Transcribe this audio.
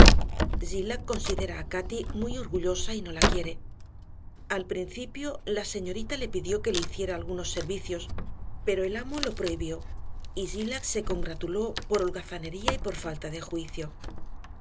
considera a cati muy orgullosa y no la quiere al principio la señorita le pidió que le hiciera algunos servicios pero el amo lo prohibió y zillah se congratuló por holgazanería y por falta de juicio